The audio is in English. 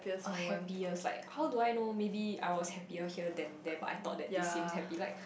a happiest like how do I know maybe I was happier here than there but I thought this seems happy like